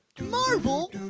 Marvel